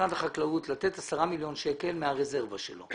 למשרד החקלאות לתת 10 מיליון שקלים מהרזרבה שלו.